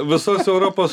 visos europos